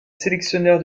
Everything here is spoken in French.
sélectionneur